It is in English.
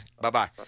Bye-bye